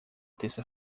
terça